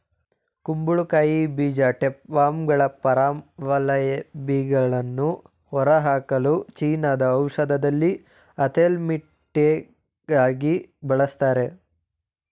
ಕುಂಬಳಕಾಯಿ ಬೀಜನ ಟೇಪ್ವರ್ಮ್ಗಳ ಪರಾವಲಂಬಿಗಳನ್ನು ಹೊರಹಾಕಲು ಚೀನಾದ ಔಷಧದಲ್ಲಿ ಆಂಥೆಲ್ಮಿಂಟಿಕಾಗಿ ಬಳಸ್ತಾರೆ